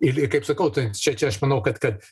ir ir kaip sakau tai čia čia aš manau kad kad